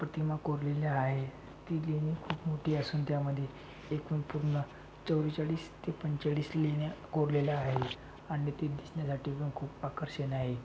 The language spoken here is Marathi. प्रतिमा कोरलेली आहे ती लेणी खूप मोठी असून त्यामध्ये एकूण पूर्ण चव्वेचाळीस ते पंचेचाळीस लेण्या कोरलेल्या आहे आणि ती दिसण्यासाठी पण खूप आकर्षण आहे